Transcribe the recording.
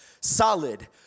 Solid